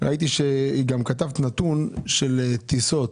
ראיתי שגם כתבת נתון של טיסות.